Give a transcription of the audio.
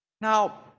Now